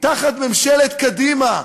תחת ממשלת קדימה,